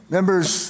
Members